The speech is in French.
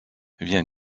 vient